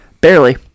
Barely